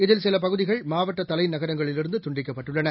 இதில் சிலபகுதிகள் மாவட்டதலைநகரங்களிலிருந்துதுண்டிக்கப்பட்டுள்ளன